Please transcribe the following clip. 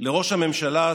לראש הממשלה,